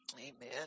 Amen